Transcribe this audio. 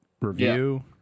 review